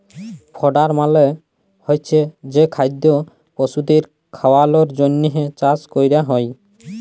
fodder মালে হচ্ছে যে খাদ্য পশুদের খাওয়ালর জন্হে চাষ ক্যরা হ্যয়